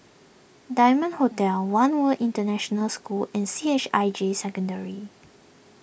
Diamond Hotel one World International School and C H I J Secondary